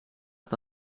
het